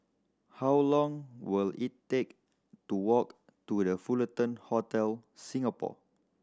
how long will it take to walk to The Fullerton Hotel Singapore